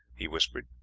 he whispered.